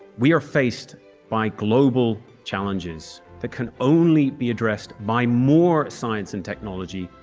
we are faced by global challenges that can only be addressed by more science and technology,